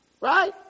Right